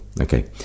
okay